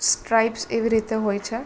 stripes એવી રીતે હોય છે